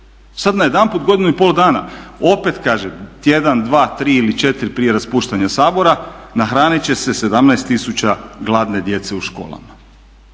sad najedanput godinu i pol dana. Opet kažem tjedan, dva, tri ili četiri prije raspuštanja Sabora nahranit će se 17000 gladne djece u školama.